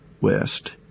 West